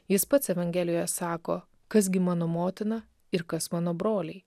jis pats evangelijoje sako kas gi mano motina ir kas mano broliai